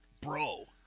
bro